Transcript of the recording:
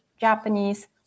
Japanese